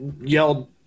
yelled